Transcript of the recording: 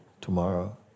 Tomorrow